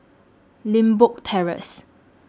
Limbok Terrace